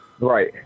Right